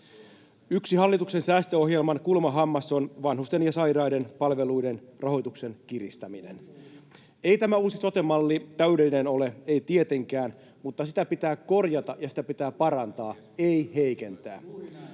Yksi hallituksen säästöohjelman kulmahammas on vanhusten ja sairaiden palveluiden rahoituksen kiristäminen. Ei tämä uusi sote-malli täydellinen ole, ei tietenkään, mutta sitä pitää korjata, ja sitä pitää parantaa, ei heikentää.